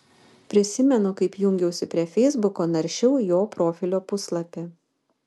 prisimenu kaip jungiausi prie feisbuko naršiau jo profilio puslapį